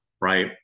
right